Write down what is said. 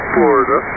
Florida